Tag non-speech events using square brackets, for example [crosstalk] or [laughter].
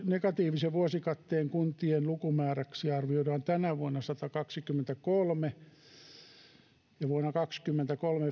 negatiivisen vuosikatteen kuntien lukumääräksi arvioidaan tänä vuonna satakaksikymmentäkolme ja satanaviitenäkymmenenäkahtena vuonna kaksikymmentäkolme [unintelligible]